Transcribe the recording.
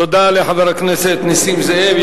תודה לחבר הכנסת נסים זאב.